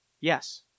Yes